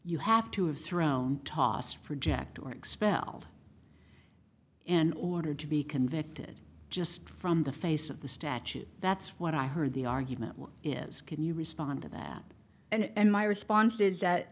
you have to have thrown tossed project or expelled in order to be convicted just from the face of the statute that's what i heard the argument is can you respond to that and my response is that